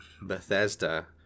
Bethesda